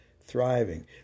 thriving